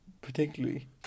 particularly